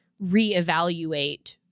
reevaluate